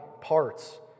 parts